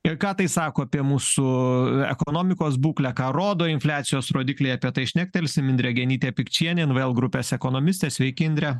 ir ką tai sako apie mūsų ekonomikos būklę ką rodo infliacijos rodikliai apie tai šnektelsim indrė genytė pikčienė invl grupės ekonomistės sveiki indre